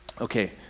Okay